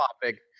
topic